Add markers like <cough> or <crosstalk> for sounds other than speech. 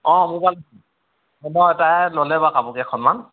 <unintelligible> তাই ল'লে বাৰু কাপোৰ কেইখনমান